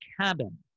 Cabin